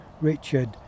Richard